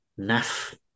NAF